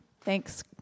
thanks